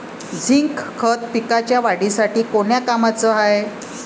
Zinc खत पिकाच्या वाढीसाठी कोन्या कामाचं हाये?